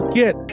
get